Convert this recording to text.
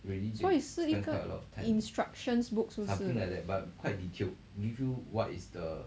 所以是一个 instructions book 是不是